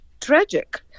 tragic